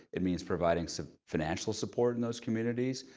it means providing some financial support in those communities.